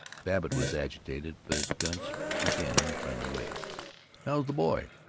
babbitt was agitated, but gunch began in a friendly way how's the boy?